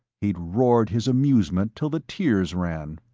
he'd roared his amusement till the tears ran.